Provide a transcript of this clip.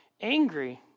angry